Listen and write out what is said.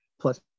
Plus